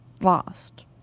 lost